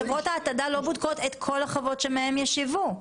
חברות ההתעדה לא בודקות את כל החוות שמהן יש ייבוא.